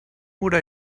would